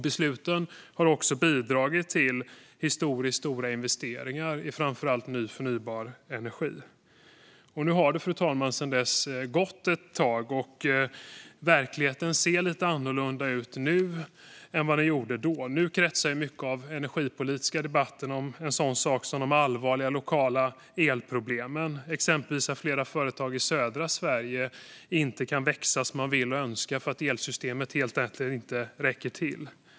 Besluten har också bidragit till historiskt stora investeringar i framför allt ny förnybar energi. Fru talman! Nu har det sedan dess gått ett tag. Verkligheten ser lite annorlunda ut nu än vad den gjorde då. Nu kretsar mycket av den energipolitiska debatten om en sådan sak som de allvarliga lokala elproblemen. Exempelvis kan flera företag i södra Sverige inte växa som de vill och önskar för att elsystemet helt enkelt inte räcker till.